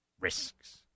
Risks